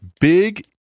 big